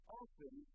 often